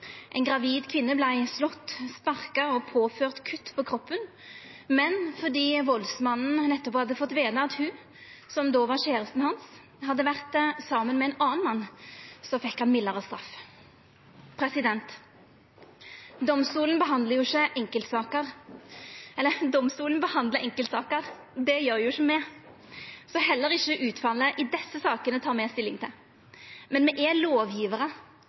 gravid kvinne vart slått, sparka og påført kutt på kroppen, men fordi valdsmannen nettopp hadde fått veta at ho – som då var kjærasten hans – hadde vore saman med ein annan mann, fekk han mildare straff. Domstolen behandlar enkeltsaker. Det gjer ikkje me, så heller ikkje utfallet i desse sakene tek me stilling til. Men me er